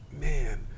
man